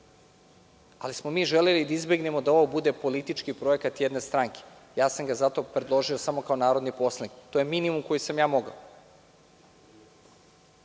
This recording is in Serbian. ali smo mi želeli da izbegnemo da ovo bude politički projekat jedne stranke, predložio kao narodni poslanik. To je minimum koji sam mogao.